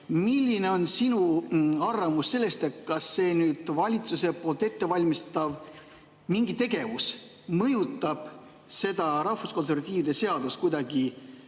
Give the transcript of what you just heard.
milline on sinu arvamus sellest? Kas see valitsuse ettevalmistatav mingi tegevus mõjutab seda rahvuskonservatiivide seaduseelnõu kuidagi